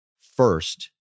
first